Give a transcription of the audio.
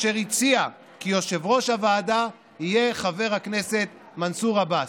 והיא הציעה כי יושב-ראש הוועדה יהיה חבר הכנסת מנסור עבאס.